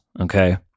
Okay